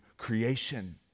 Creation